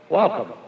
welcome